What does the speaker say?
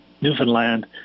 Newfoundland